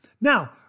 Now